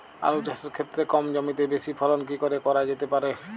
আলু চাষের ক্ষেত্রে কম জমিতে বেশি ফলন কি করে করা যেতে পারে?